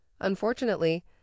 Unfortunately